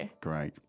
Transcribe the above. Great